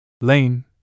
Lane